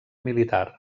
militar